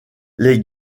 les